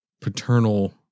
paternal